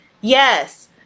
Yes